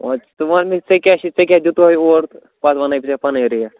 او ژٕ وَن مےٚ ژےٚ کیٛاہ چھُے ژےٚ کیٛاہ دیُت ہَے اورٕ تہٕ پَتہٕ وَنے بہٕ ژےٚ پَنٕنۍ ریٹ